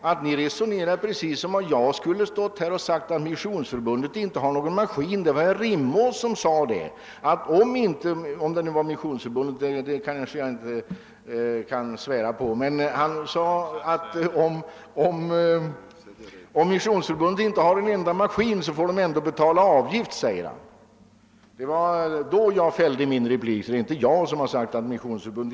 att ni resonerar precis som om jag skulle ha stått här och sagt att Missionsförbundet inte har någon maskin. Det var herr Rimås som sade detta — jag är inte säker på huruvida hans uttalande gällde Missionsförbundet eller inte. Herr Rimås sade att även om Missionsförbundet — om det nu var detta förbund han nämnde — inte har en enda maskin får det betala avgift.